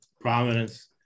Providence